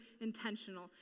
intentional